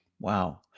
Wow